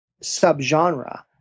subgenre